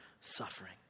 suffering